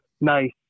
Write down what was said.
nice